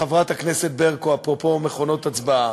חברת הכנסת ברקו, אפרופו מכונות הצבעה,